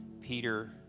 Peter